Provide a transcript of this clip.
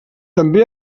també